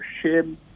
shame